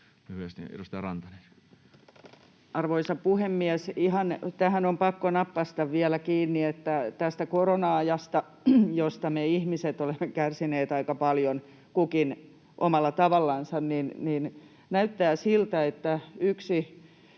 Arvoisa puhemies! Tähän on ihan pakko nappaista vielä kiinni, että näyttää siltä, että tästä korona-ajasta, josta me ihmiset olemme kärsineet aika paljon kukin omalla tavallansa, nämä karvaiset ystävät